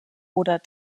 oder